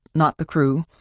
not the crew,